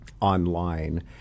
online